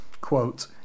quote